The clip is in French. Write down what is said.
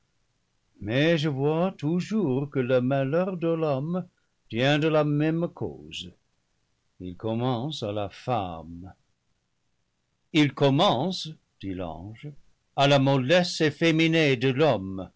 mais je vois toujours que le malheur de l'homme tient de la même cause il com mence à la femme il commence dit l'ange à la mollesse efféminée de l'homme